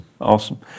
awesome